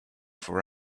for